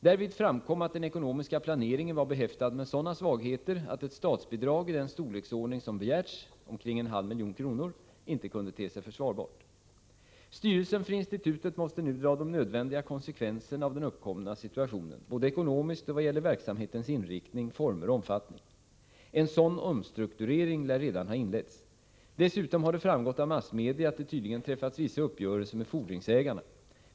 Därvid framkom att den ekonomiska planeringen var behäftad med sådana svagheter att ett statsbidrag i den storleksordning som begärts — omkring en halv miljon kronor — inte kunde te sig försvarbart. Styrelsen för institutet måste nu dra de nödvändiga konsekvenserna av den uppkomna situationen, både ekonomiskt och vad gäller verksamhetens inriktning, former och omfattning. En sådan omstrukturering lär redan ha inletts. Dessutom har det framgått av massmedia att det tydligen träffats vissa uppgörelser med fordringsägarna.